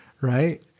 right